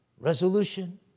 resolution